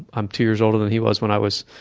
i'm two years older than he was when i was.